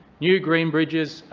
new green bridges,